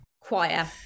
choir